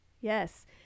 Yes